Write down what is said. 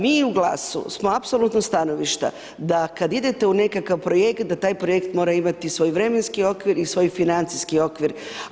Mi u GLAS-u smo apsolutno stanovišta da kad idete u nekakav projekt, da taj projekt mora imati svoj vremenski okvir i svoj financijski okvir.